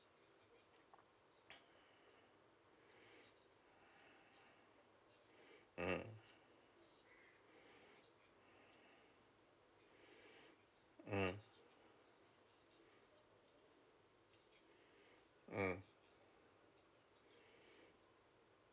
mm mm mm